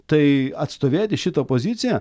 tai atstovėti šitą poziciją